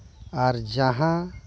ᱟᱨ ᱡᱟᱦᱟᱸ